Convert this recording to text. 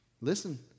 listen